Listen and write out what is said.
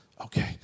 Okay